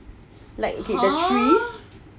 like get the trees